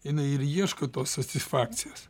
jinai ir ieško tos satisifakcijos